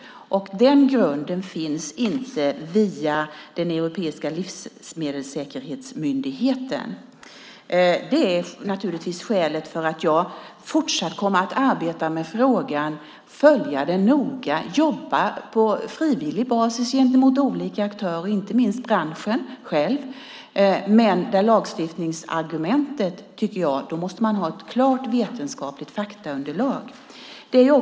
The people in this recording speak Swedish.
Den grunden finns inte via Europeiska livsmedelssäkerhetsmyndigheten. Det är naturligtvis skälet till att jag fortsatt kommer att arbeta med frågan, följa den noga och jobba på frivillig basis gentemot olika aktörer, inte minst branschen själv. Men för lagstiftning tycker jag att man måste ha ett klart vetenskapligt faktaunderlag.